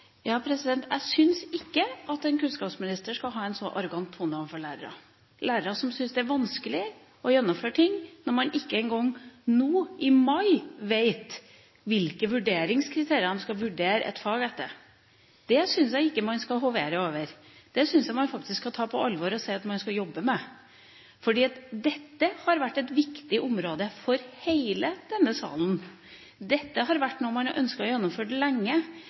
Jeg syns ikke at en kunnskapsminister skal ha en så arrogant tone overfor lærere, lærere som syns det er vanskelig å gjennomføre ting når man ikke engang nå – i mai – vet hvilke kriterier man skal vurdere et fag etter. Det syns jeg ikke man skal hovere over. Det syns jeg faktisk man skal ta på alvor og si at man skal jobbe med, fordi dette har vært et viktig område for hele denne salen. Dette har vært noe man har ønsket å gjennomføre lenge.